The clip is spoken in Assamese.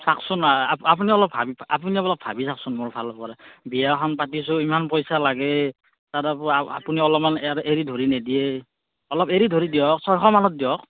চাওকচোন আ আপুনি অলপ ভা আপুনি অলপ ভাবি চাওকচোন মোৰ ফালৰ পৰা বিয়াখন পাতিছোঁ ইমান পইচা লাগে তাত আকৌ আপুনি অলপমান এৰি ধৰি নিদিয়ে অলপ এৰি ধৰি দিয়ক ছশমানত দিয়ক